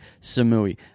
Samui